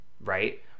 right